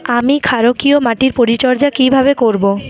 আমি ক্ষারকীয় মাটির পরিচর্যা কিভাবে করব?